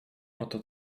oto